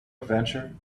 adventure